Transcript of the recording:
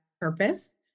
purpose